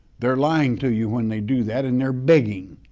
they're lying to you when they do that, and they're begging.